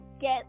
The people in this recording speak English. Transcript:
get